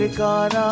ah god